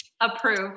Approve